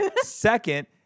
Second